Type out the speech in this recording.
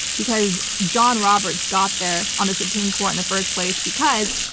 because john roberts got there on the supreme court in the first place because,